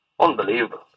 Unbelievable